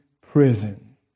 prison